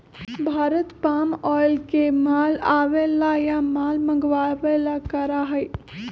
Bharat palm oil के माल आवे ला या माल मंगावे ला करा हई